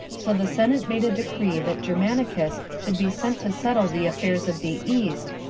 so the senate made a decree that germanicus should be sent to settle the affairs of the east,